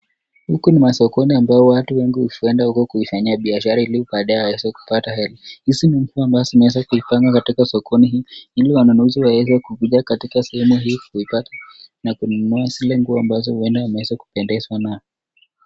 Huku ni masokoni ambao watu wengi huenda huko ili kufanyia bisahara ili baadaye waweze kupata hela . Hizi ni nguo ambazo zimeweza kupangwa katika sokoni hii ili wanunuzi waweze kukuja katika sehemu hii kuipata na kununua zile nguo huenda wameweza kupendezwa nayo .